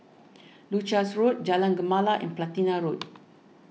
Leuchars Road Jalan Gemala and Platina Road